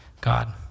God